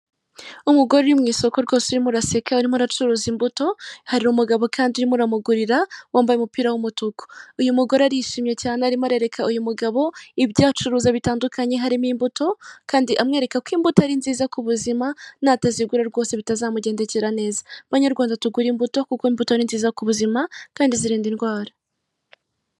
Umugore uri mu isoko rwose urimo uraseka urimo aracuruza imbuto hari umugabo kandi uramugurira wambaye umupira w'umutuku, uyu mugore arishimye cyane arimo arereka uyu mugabo ibyacuruza bitandukanye, harimo imbuto kandi amwereka ko imbuto ari nziza ku buzima natazigura rwose bitazamugendekera neza. Banyarwanda tugure imbuto kuko imbuto ni nziza ku buzima kandi zirinda indwara.